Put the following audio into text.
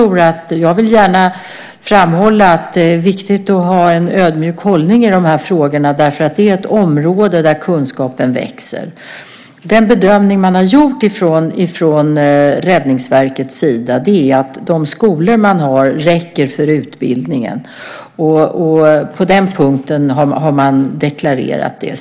Jag vill gärna framhålla att det är viktigt att ha en ödmjuk hållning i de här frågorna. Det är ett område där kunskapen växer. Den bedömning man har gjort från Räddningsverkets sida är att de skolor vi har räcker för utbildningen. Det har man deklarerat.